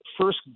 first